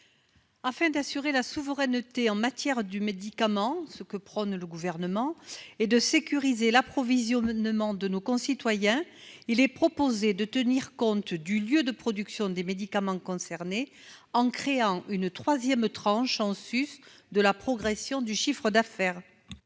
Afin d'assurer la souveraineté en matière du médicament ce que prône le gouvernement et de sécuriser l'approvisionnement de nos concitoyens, il est proposé de tenir compte du lieu de production des médicaments concernés en créant une 3ème tranche en suce de la progression du chiffre d'affaires.